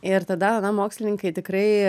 ir tada na mokslininkai tikrai